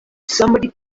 somebody